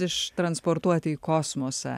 ištransportuoti į kosmosą